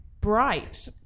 bright